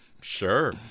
Sure